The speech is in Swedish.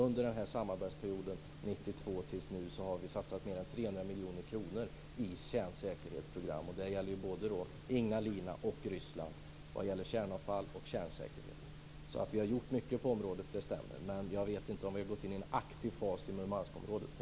Under denna samarbetsperiod, från 1992 till nu, har vi satsat mer än 300 miljoner kronor i kärnsäkerhetsprogram, och det gäller ju både Ignalina och Ryssland och både kärnavfall och kärnsäkerhet. Att vi har gjort mycket på området stämmer alltså, men jag vet inte om vi har gått in i en aktiv fas i Murmanskområdet.